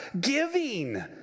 giving